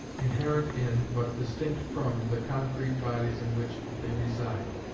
inherent in but distinct from the concrete bodies in which they reside,